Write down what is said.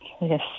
Yes